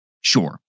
Sure